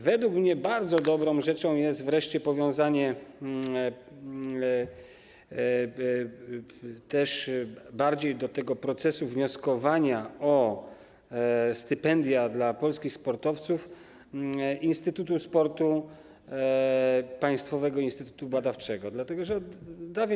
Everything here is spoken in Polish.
Według mnie bardzo dobrą rzeczą jest wreszcie powiązanie bardziej do tego procesu wnioskowania o stypendia dla polskich sportowców Instytutu Sportu - Państwowego Instytutu Badawczego, dlatego że od dawien.